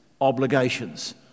obligations